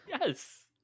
Yes